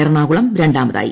എറണാകുളം രണ്ടാമതായി